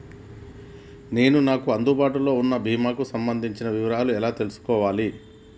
నేను నాకు అందుబాటులో ఉన్న బీమా కి సంబంధించిన వివరాలు ఎలా తెలుసుకోవాలి?